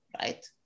right